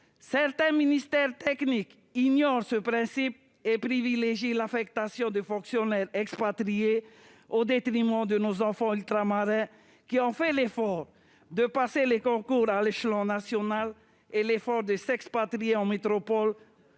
certains ministères techniques ignorent ce principe et privilégient l'affectation des fonctionnaires expatriés, au détriment de nos enfants ultramarins qui ont fait l'effort de passer les concours à l'échelon national puis de s'expatrier en métropole